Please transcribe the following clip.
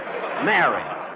Mary